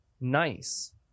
nice